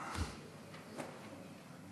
התרבות והספורט